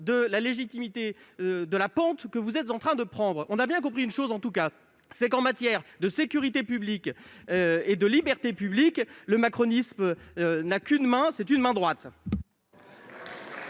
de la légitimité de la pente que vous êtes en train de prendre. En tout cas, on l'a bien compris, en matière de sécurité publique et de libertés publiques, le macronisme n'a qu'une main, et c'est une main droite